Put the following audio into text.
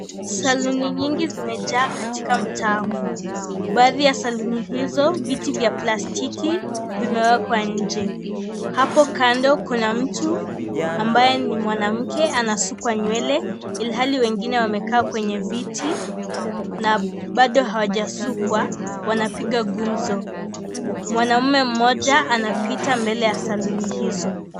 Saluni nyingi zimejaa katika mtaa huu, baadhi ya saluni hizo viti vya plastiki zimewekwa nje, hapo kando kuna mtu ambaye ni mwanamke anasukwa nywele ilhali wengine wamekaa kwenye viti na bado hawajasukwa wanapiga gumzo, mwanaume mmoja anapita mbele ya saluni hizo.